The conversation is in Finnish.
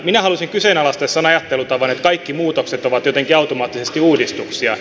minä haluaisin kyseenalaistaa sen ajattelutavan että kaikki muutokset ovat jotenkin automaattisesti uudistuksia